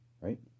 Right